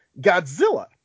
Godzilla